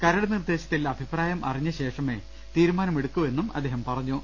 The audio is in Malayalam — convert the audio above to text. കരട് നിർദ്ദേശത്തിൽ അഭിപ്രായം അറിഞ്ഞ ശേഷമേ തീരുമാനം എടുക്കൂ എന്നും അദ്ദേഹം പറഞ്ഞു